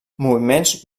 moviments